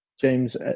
James